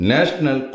National